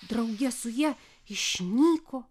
drauge su ja išnyko